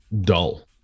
dull